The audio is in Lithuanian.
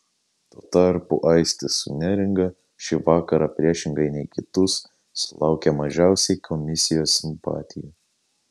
tuo tarpu aistis su neringa šį vakarą priešingai nei kitus sulaukė mažiausiai komisijos simpatijų